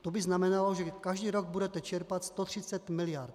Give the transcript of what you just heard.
To by znamenalo, že každý rok budete čerpat 130 miliard.